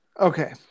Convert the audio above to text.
Okay